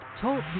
TALK